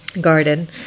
garden